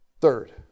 Third